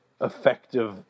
effective